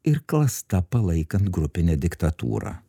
ir klasta palaikan grupinę diktatūrą